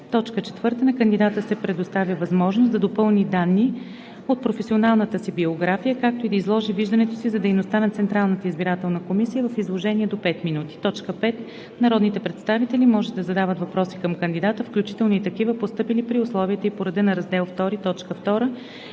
до 2 минути. 4. На кандидата се предоставя възможност да допълни данни от професионалната си биография, както и да изложи виждането си за дейността на Централната избирателна комисия, в изложение до 5 минути. 5. Народните представители може да задават въпроси към кандидата, включително и такива, постъпили при условията и по реда на раздел II,